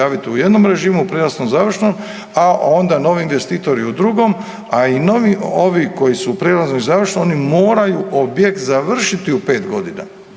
u jednom režimu, … /ne razumije se/… završnom, a onda novi investitori u drugom. A i novi ovi koji su u prijelaznom i završnom oni moraju objekt završiti u 5 godina